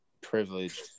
Privileged